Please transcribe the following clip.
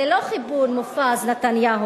זה לא חיבור מופז-נתניהו.